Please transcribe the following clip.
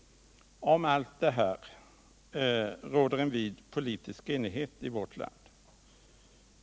Om allt det här råder en vid politisk enighet i vårt land.